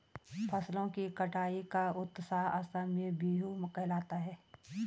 फसलों की कटाई का उत्सव असम में बीहू कहलाता है